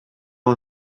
our